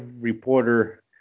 reporter